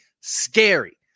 scary